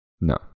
no